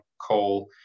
call